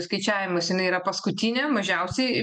skaičiavimus jinai yra paskutinė mažiausiai